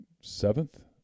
seventh